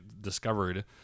discovered